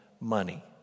money